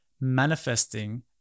manifesting